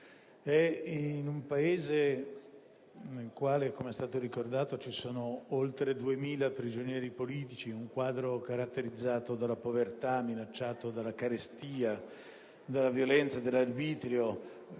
in un Paese nel quale - come è stato ricordato - ci sono oltre 2.000 prigionieri politici, in un quadro caratterizzato dalla povertà, minacciato dalla carestia, dalla violenza dell'arbitrio,